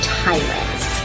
tyrants